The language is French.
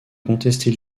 contester